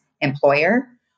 employer